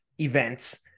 events